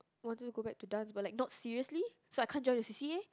wanted to go back to dance but like not seriously so I can't join the C_C_A